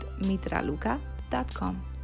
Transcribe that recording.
mitraluka.com